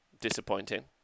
Disappointing